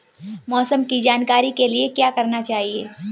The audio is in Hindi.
मौसम की जानकारी के लिए क्या करना चाहिए?